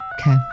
Okay